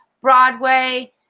Broadway